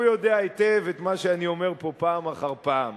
והוא יודע היטב את מה שאני אומר פה פעם אחר פעם.